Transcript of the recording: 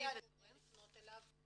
איך החייל יודע לפנות אליו?